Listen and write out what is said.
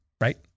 right